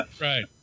Right